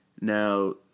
now